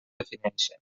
defineixen